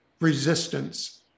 resistance